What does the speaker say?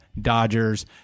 Dodgers